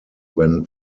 when